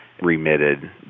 remitted